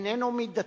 איננו מידתי.